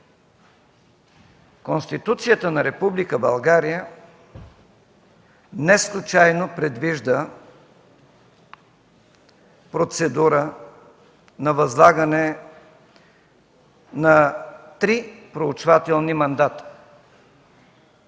Конституцията на Република България неслучайно предвижда процедура на възлагане на три проучвателни мандата в